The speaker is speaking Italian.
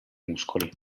muscoli